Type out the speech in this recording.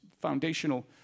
foundational